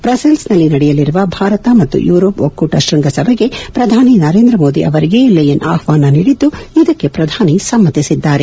ಬ್ರಸೆಲ್ಸ್ನಲ್ಲಿ ನಡೆಯಲಿರುವ ಭಾರತ ಮತ್ತು ಯೂರೋಪ್ ಒಕ್ಕೂಟ ಶೃಂಗಸಭೆಗೆ ಪ್ರಧಾನಿ ನರೇಂದ್ರ ಮೋದಿ ಅವರಿಗೆ ಲೆಯನ್ ಆಹ್ವಾನ ನೀಡಿದ್ದು ಇದಕ್ಕೆ ಪ್ರಧಾನಿ ಸಮ್ಮತಿಸಿದ್ದಾರೆ